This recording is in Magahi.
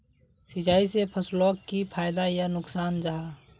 सिंचाई से फसलोक की फायदा या नुकसान जाहा?